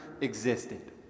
existed